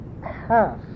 half